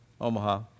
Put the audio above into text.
Omaha